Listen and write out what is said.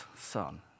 son